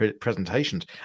presentations